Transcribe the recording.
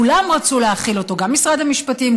כולם רצו להחיל אותו: גם משרד המשפטים,